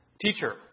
teacher